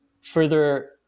further